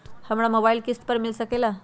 हमरा मोबाइल किस्त पर मिल सकेला?